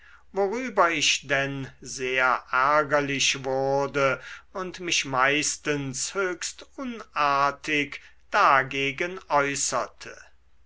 worüber ich denn sehr ärgerlich wurde und mich meistens höchst unartig dagegen äußerte